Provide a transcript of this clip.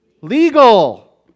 Legal